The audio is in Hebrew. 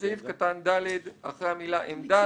בסעיף קטן (ד)(ב), אחרי המילה "עמדת"